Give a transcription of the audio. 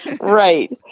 Right